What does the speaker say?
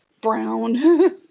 brown